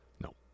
No